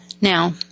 Now